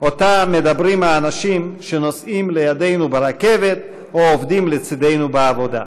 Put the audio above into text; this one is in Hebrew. שאותה מדברים האנשים שנוסעים לידנו ברכבת או עובדים לצדנו בעבודה.